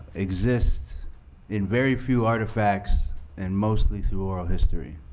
exist in very few artifacts and mostly through oral history.